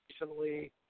recently